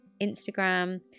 Instagram